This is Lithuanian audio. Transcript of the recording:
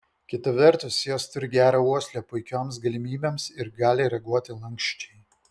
kita vertus jos turi gerą uoslę puikioms galimybėms ir gali reaguoti lanksčiai